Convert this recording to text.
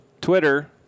Twitter